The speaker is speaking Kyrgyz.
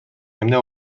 эмне